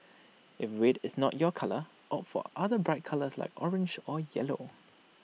if red is not your colour opt for other bright colours like orange or yellow